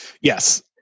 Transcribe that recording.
Yes